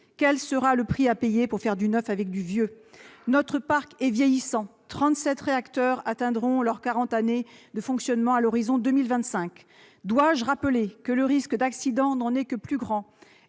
Quel sera le prix à payer pour faire du neuf avec du vieux ? Notre parc est vieillissant : 37 réacteurs atteindront quarante années de fonctionnement à l'horizon 2025. Dois-je rappeler que le risque d'accident n'en est que plus grand ?